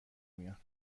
میان